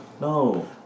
No